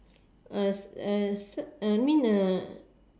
uh uh uh mean uh